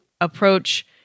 approach